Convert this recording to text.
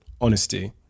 honesty